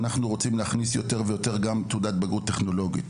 ואנחנו רוצים להכניס יותר ויותר גם תעודת בגרות טכנולוגית.